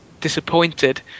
disappointed